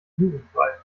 jugendfrei